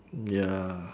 ya